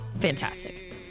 fantastic